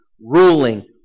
ruling